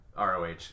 ROH